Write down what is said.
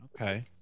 okay